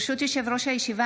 ברשות יושב-ראש הישיבה,